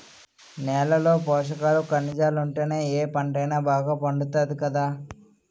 నేలలో పోసకాలు, కనిజాలుంటేనే ఏ పంటైనా బాగా పండుతాది కదా